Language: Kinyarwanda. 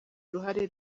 uruhare